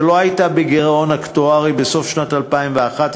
שלא הייתה בגירעון אקטוארי בסוף שנת 2011,